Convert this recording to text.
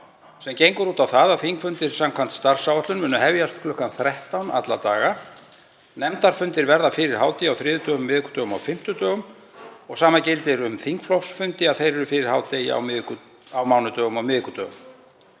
sem gengur út á það að þingfundir samkvæmt starfsáætlun muni hefjast kl. 13 alla daga. Nefndafundir verða fyrir hádegi á þriðjudögum, miðvikudögum og fimmtudögum og sama gildir um þingflokksfundi, þeir eru fyrir hádegi á mánudögum og miðvikudögum.